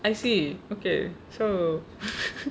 I see okay so